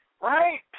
right